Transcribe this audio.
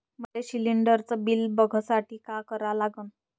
मले शिलिंडरचं बिल बघसाठी का करा लागन?